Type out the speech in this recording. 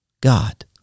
God